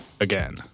Again